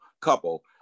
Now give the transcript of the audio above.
couple